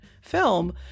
film